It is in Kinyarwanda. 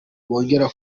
bongera